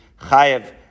Chayev